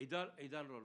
עידן רול,